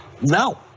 No